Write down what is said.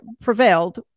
prevailed